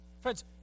Friends